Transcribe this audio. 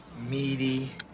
meaty